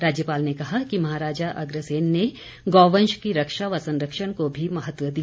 राज्यपाल ने कहा कि महाराजा अग्रसेन ने गौवंश की रक्षा व संरक्षण को भी महत्व दिया